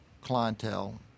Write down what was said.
clientele